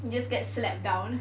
you just get slapped down